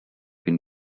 been